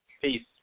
Peace